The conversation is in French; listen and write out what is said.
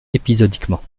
épisodiquement